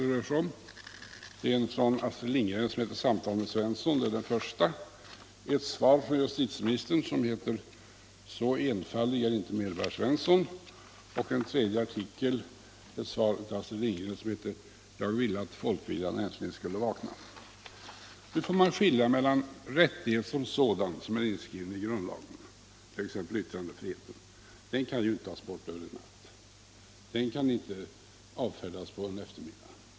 Den första är skriven av Astrid Lindgren och heter ”Samtal med Svensson”, den andra är ett svar från justitieministern som är rubricerat ”Så enfaldig 69 är inte medborgare Svensson” och den tredje artikeln är ett svar från Astrid Lindgren: ”Jag ville att folkviljan äntligen skulle vakna.” Nu får man skilja mellan rättigheter, som är inskrivna i grundlagen som sådana, t.ex. yttrandefriheten. Den kan självfallet inte tas bort över en natt eller avfärdas på en eftermiddag.